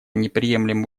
неприемлемо